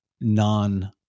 non